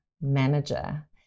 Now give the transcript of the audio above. manager